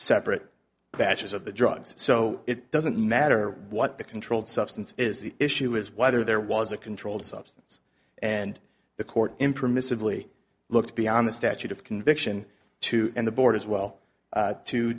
separate batches of the drugs so it doesn't matter what the controlled substance is the issue is whether there was a controlled substance and the court impermissibly looked beyond the statute of conviction to the board as well